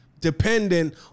dependent